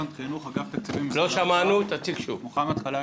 מוחמד חלאילה,